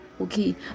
okay